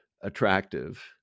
attractive